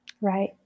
Right